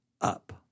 up